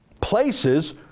Places